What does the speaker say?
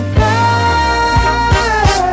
back